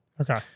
Okay